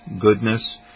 goodness